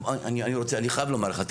אני חייב לומר לך.